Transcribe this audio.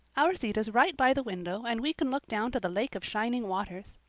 our seat is right by the window and we can look down to the lake of shining waters.